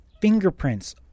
fingerprints